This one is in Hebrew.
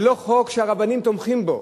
זה לא חוק שהרבנים תומכים בו.